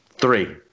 three